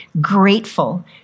grateful